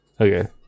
okay